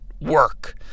work